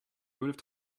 would